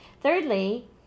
Thirdly